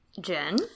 jen